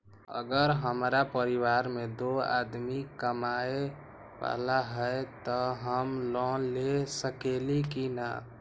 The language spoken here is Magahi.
अगर हमरा परिवार में दो आदमी कमाये वाला है त हम लोन ले सकेली की न?